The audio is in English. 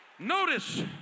notice